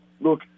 Look